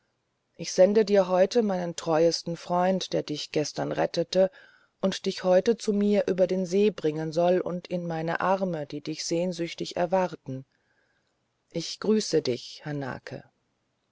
ich sende dir heute meinen treuesten freund der dich gestern rettete der dich heute zu mir über den see bringen soll und in meine arme die dich sehnsüchtig erwarten ich grüße dich hanake